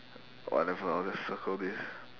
wonderful I want to circle this